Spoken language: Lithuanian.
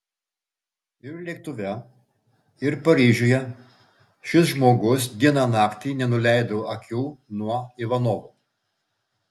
ir lėktuve ir paryžiuje šis žmogus dieną naktį nenuleido akių nuo ivanovo